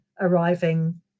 arriving